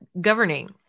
governing